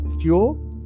Fuel